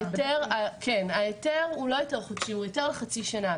אלא לחצי שנה.